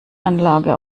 anlage